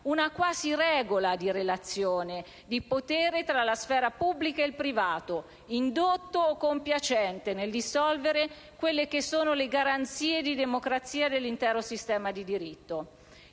una quasi regola di relazione e di potere tra la sfera pubblica e il privato indotto o compiacente nel dissolvere quelle che sono le garanzie di democrazia dell'intero sistema di diritto.